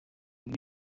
ibi